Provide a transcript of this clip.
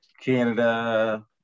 canada